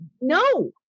no